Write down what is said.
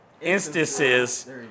instances